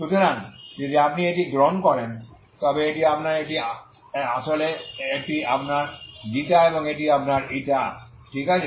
সুতরাং যদি আপনি এটি গ্রহণ করেন তবে এটি আপনার এটি আসলে এটি আপনার ξ এবং এটি আপনার η ঠিক আছে